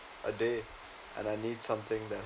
a day and I need something that